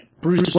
Bruce